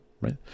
right